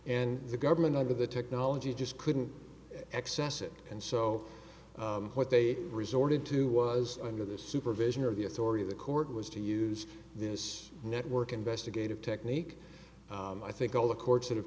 and the government out of the technology just couldn't access it and so what they resorted to was under the supervision of the authority of the court was to use this network investigative technique i think all the courts that have